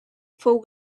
fou